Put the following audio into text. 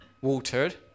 watered